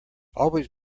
always